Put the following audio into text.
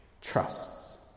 trusts